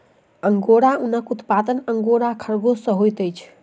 angora ऊनक उत्पादन angora खरगोश सॅ होइत अछि